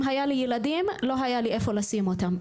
אם היו לי ילדים לא היה לי איפה לשים אותם.